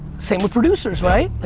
same with producers right?